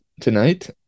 tonight